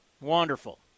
Wonderful